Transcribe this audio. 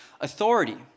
authority